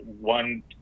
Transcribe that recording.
One